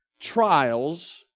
trials